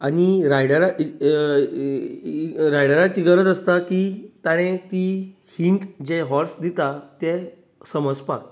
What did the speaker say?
आनी रायडराक रायडराची गरज आसता की तांणें ती हिन्ट जे हाॅर्स दितात तें समजपाक